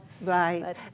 Right